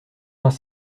vingt